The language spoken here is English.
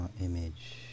Image